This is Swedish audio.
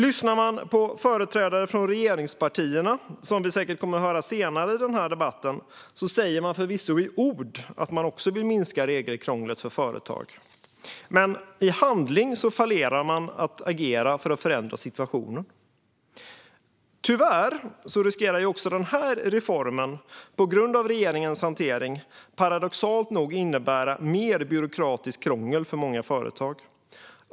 Lyssnar man på företrädare från regeringspartierna, som vi säkert kommer att höra senare i den här debatten, säger de förvisso i ord att de också vill minska regelkrånglet för företag, men i handling fallerar de att agera för att förändra situationen. Tyvärr riskerar också den här reformen, på grund av regeringens hantering, paradoxalt nog innebära mer byråkratiskt krångel för många företag.